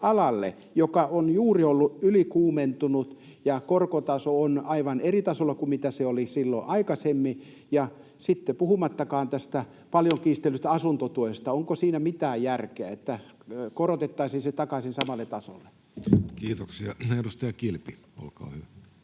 joka on juuri ollut ylikuumentunut, kun korkotaso on aivan eri tasolla kuin millä se oli silloin aikaisemmin? Puhumattakaan tästä paljon kiistellystä asuntotuesta — onko siinä mitään järkeä, että korotettaisiin se takaisin samalle tasolle?